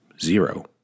zero